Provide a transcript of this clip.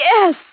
Yes